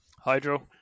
Hydro